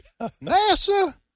NASA